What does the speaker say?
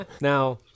Now